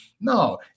No